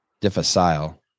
difficile